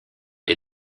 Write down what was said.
est